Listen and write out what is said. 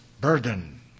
burden